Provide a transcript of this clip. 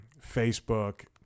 Facebook